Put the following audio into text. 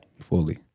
Fully